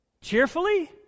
Cheerfully